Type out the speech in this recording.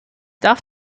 darf